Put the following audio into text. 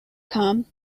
come